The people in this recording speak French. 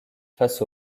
face